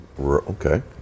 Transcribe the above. Okay